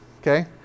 Okay